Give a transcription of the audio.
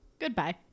goodbye